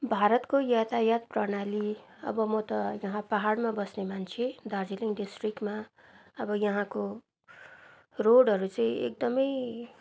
भारतको यातायात प्रणाली अब म त यहाँ पहाडमा बस्ने मान्छे दार्जिलिङ डिस्ट्रिक्टमा अब यहाँको रोडहरू चाहिँ एकदम